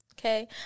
okay